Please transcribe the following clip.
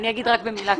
אני אגיד רק במילה,